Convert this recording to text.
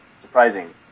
surprising